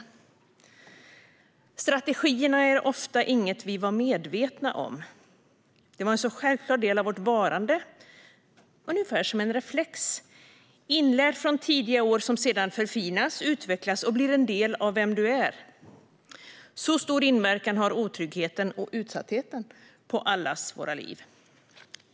Strategierna var ofta inget vi var medvetna om - de var en så självklar del av vårt varande, ungefär som en reflex, inlärda från tidiga år och som sedan förfinas, utvecklas och blir en del av vem man är. Så stor inverkan har otryggheten och utsattheten på allas våra liv.